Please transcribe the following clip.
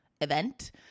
event